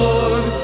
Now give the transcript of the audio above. Lord